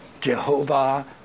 Jehovah